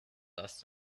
last